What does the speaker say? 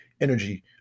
energy